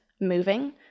moving